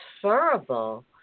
transferable